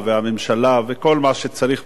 וכל מה שצריך בסוגיה הזאת,